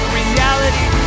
reality